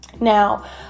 Now